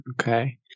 Okay